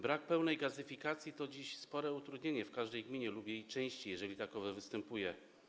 Brak pełnej gazyfikacji to dziś spore utrudnienie w każdej gminie lub jej części, jeżeli takowe występuje.